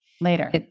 Later